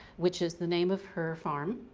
which is the name of her farm,